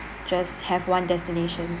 just have one destination